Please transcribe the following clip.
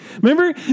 Remember